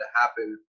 happen